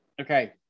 okay